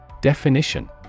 Definition